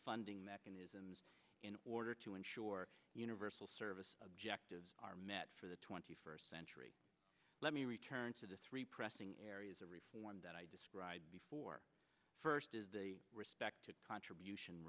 funding mechanisms in order to ensure universal service objectives are met for the twenty first century let me return to the three pressing areas of reform that i described before first is the respect to contribution